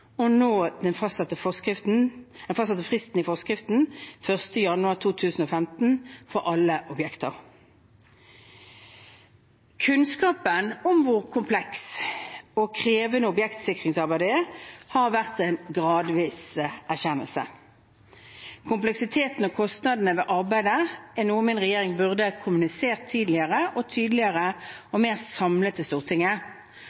å nå den fastsatte fristen i forskriften, 1. januar 2015, for alle objekter. Kunnskapen om hvor kompleks og krevende objektsikringsarbeidet er, har vært en gradvis erkjennelse. Kompleksiteten og kostnaden ved arbeidet er noe min regjering burde kommunisert tidligere, tydeligere og